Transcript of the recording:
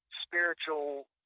spiritual